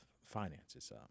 finances